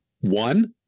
One